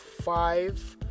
five